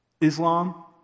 Islam